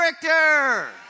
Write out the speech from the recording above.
character